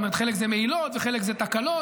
זאת אומרת חלק זה מעילות וחלק זה תקלות,